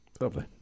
lovely